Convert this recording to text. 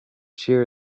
cheer